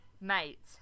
Mate